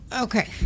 okay